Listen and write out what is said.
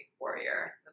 warrior